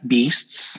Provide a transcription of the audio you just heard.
Beasts